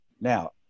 Now